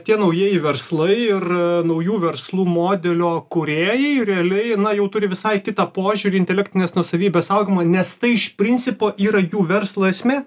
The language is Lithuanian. tie naujieji verslai ir naujų verslų modelio kūrėjai realiai na jau turi visai kitą požiūrį intelektinės nuosavybės augimui nes tai iš principo yra jų verslo esmė